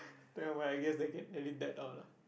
never mind I guess they can edit that out lah